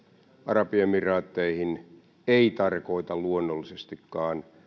arabiemiraatteihin ei tarkoita luonnollisestikaan